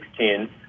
2016